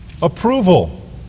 approval